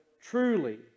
truly